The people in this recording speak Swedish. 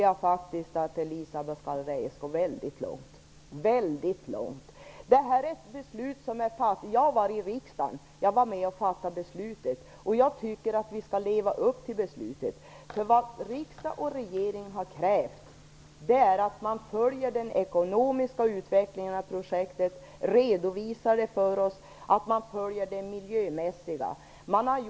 Jag var med och fattade det här beslutet i riksdagen, och jag tycker att vi skall leva upp till beslutet. Vad riksdag och regering har krävt är att man följer den ekonomiska utvecklingen av projektet och redovisar det för oss samt att man följer den miljömässiga utvecklingen.